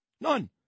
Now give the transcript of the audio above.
None